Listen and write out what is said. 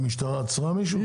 המשטרה עצרה מישהו?